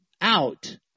out